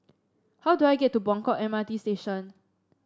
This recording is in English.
how do I get to Buangkok M R T Station